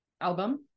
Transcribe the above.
Album